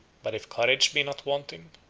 but if courage be not wanting,